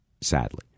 sadly